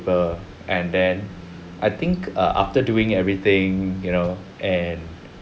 paper and then I think err after doing everything you know and